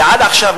ועד עכשיו,